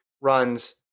runs